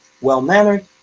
well-mannered